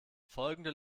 folgende